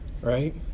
right